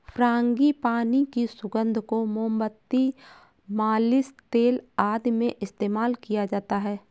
frangipani की सुगंध को मोमबत्ती, मालिश तेल आदि में इस्तेमाल किया जाता है